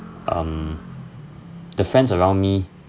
um the friends around me